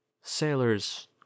Sailors